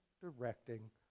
directing